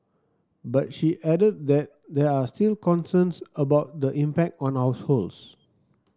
but she added that there are still concerns about the impact on the households